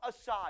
aside